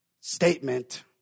statement